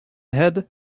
head